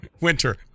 winter